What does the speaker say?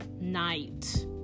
night